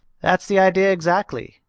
that's the idea exactly.